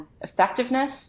effectiveness